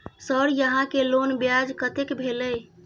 Sir यहां के loan ब्याज कतेक भेलेय?